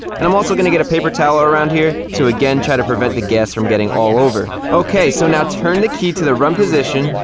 and i'm also going to get a paper towel around here, to again try to prevent the gas from getting all over. okay, so now turn the key to the run position.